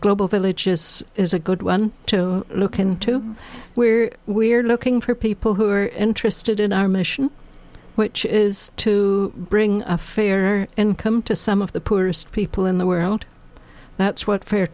global village is is a good one to look into where we're looking for people who are interested in our mission which is to bring a fair income to some of the poorest people in the world that's what fair